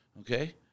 Okay